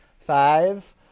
Five